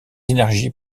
énergies